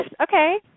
okay